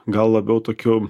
gal labiau tokio